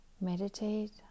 Meditate